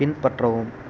பின்பற்றவும்